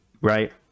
Right